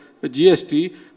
GST